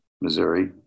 Missouri